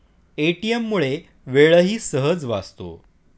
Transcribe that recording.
ATM मुळे वेळही सहज वाचतो